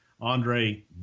Andre